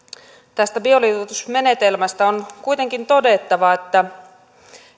tästä bioliuotusmenetelmästä on kuitenkin todettava että